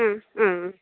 മ് ആ